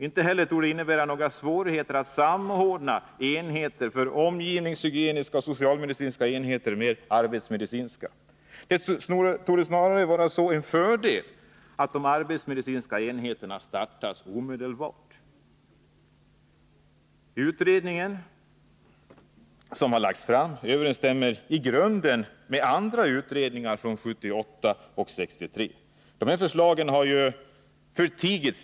Inte heller torde det innebära några svårigheter att samordna enheter för omgivningshygieniska och socialmedicinska enheter med arbetsmedicinska. Snarare torde det vara en fördel om de arbetsmedicinska enheterna kunde startas omedelbart. Den utredning som lagts fram överensstämmer i grunden med andra utredningar, från 1978 och 1963. Tidigare förslag har förtigits.